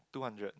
two hundred